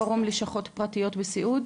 מפורום לשכות פרטיות וסיעוד.